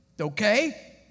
Okay